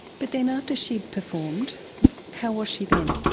but then after she'd performed how was she then?